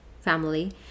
family